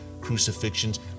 crucifixions